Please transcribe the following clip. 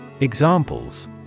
Examples